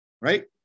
right